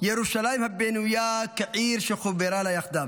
"ירושלים הבנויה כעיר שחוברה לה יחדיו".